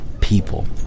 people